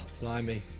Blimey